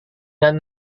dan